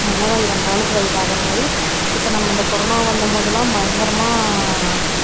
எந்த நோய் வந்தாலும் இப்போ இதாகிற மாதிரி இப்போ நம்ம இந்த கொரோனா வந்தம்போதெல்லாம் பயங்கரமாக